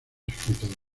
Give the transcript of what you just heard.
escritores